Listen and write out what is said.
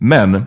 Men